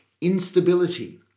Instability